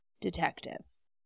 Detectives